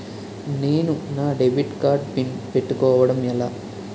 నేను నా debit card PIN పెట్టుకోవడం ఎలా?